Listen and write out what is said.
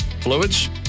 Fluids